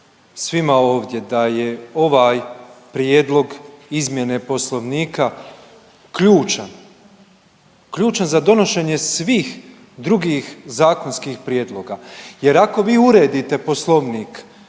svima ovdje da je ovaj prijedlog izmjene Poslovnika ključan, ključan za donošenje svih drugih zakonskih prijedloga jer ako vi uredite Poslovnik